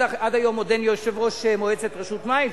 עד היום עוד אין יושב-ראש מועצת רשות המים,